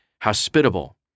Hospitable